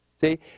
See